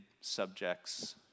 subjects